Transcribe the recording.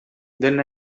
then